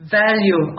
value